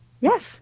Yes